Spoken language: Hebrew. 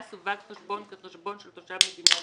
סווג חשבון כחשבון של תושב מדינה זרה,